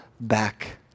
back